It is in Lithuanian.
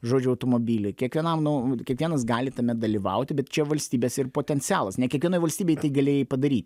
žodžiu automobilį kiekvienam nu kiekvienas gali tame dalyvauti bet čia valstybės ir potencialas ne kiekvienoj valstybėj tai galėjai padaryti